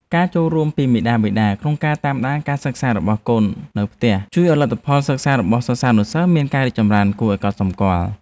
ការចូលរួមពីមាតាបិតាក្នុងការតាមដានការសិក្សារបស់កូននៅផ្ទះជួយឱ្យលទ្ធផលសិក្សារបស់សិស្សានុសិស្សមានការរីកចម្រើនគួរឱ្យកត់សម្គាល់។